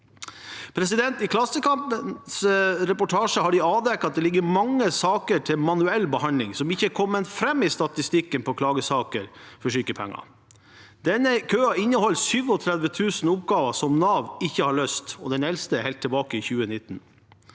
I Klassekampens reportasje har det blitt avdekket at det ligger mange saker til manuell behandling som ikke er kommet fram i statistikken om klagesaker for sykepenger. Denne køen inneholder 37 000 oppgaver som Nav ikke har løst, og den eldste er fra helt tilbake i 2019.